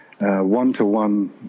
one-to-one